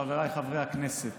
חבריי חברי הכנסת.